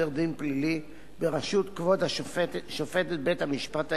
דין פלילי בראשות כבוד שופטת בית-המשפט העליון,